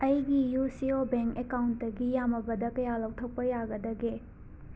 ꯑꯩꯒꯤ U C O bank ꯑꯦꯀꯥꯎꯟꯇꯒꯤ ꯌꯥꯝꯂꯕꯗ ꯀꯌꯥ ꯂꯧꯊꯣꯛꯄ ꯌꯥꯒꯗꯒꯦ